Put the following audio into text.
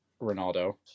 Ronaldo